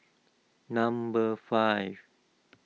number five